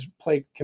play